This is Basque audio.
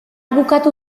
bukatu